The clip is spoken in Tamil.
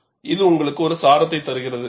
இது உங்களுக்கு ஒரு சாரத்தை தருகிறது